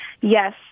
Yes